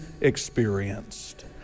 experienced